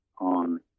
on